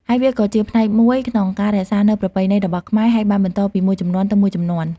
ហើយវាក៏ជាផ្នែកមួយក្នុងការ រក្សានូវប្រពៃណីរបស់ខ្មែរ ហើយបានបន្តពីមួយជំនាន់ទៅមួយជំនាន់។